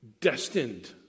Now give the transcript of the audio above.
Destined